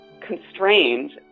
constrained